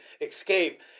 escape